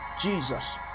Jesus